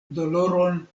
doloron